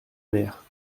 maire